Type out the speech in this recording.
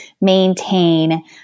maintain